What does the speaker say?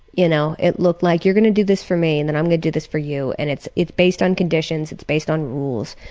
you know, it looked like you're gonna do this for me, and then i'm gonna do this for you, and it's it's based on conditions, it's based on rules,